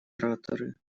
ораторы